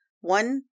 One